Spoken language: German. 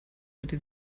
würde